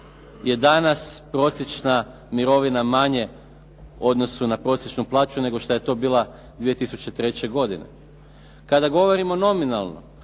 je danas prosječna mirovina manje u odnosu na prosječnu plaću nego što je to bila 2003. godine. Kada govorimo nominalno,